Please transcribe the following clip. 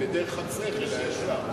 בדרך השכל הישר.